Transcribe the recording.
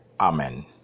Amen